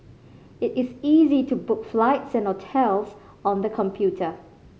it is easy to book flights and hotels on the computer